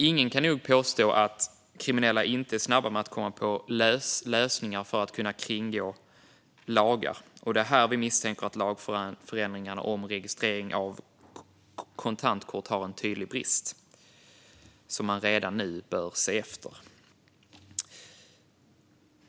Ingen kan nog påstå att kriminella inte är snabba med att komma på lösningar för att kunna kringgå lagar, och det är här vi misstänker att lagförändringarna gällande registrering av kontantkort har en tydlig brist som man redan nu bör se över.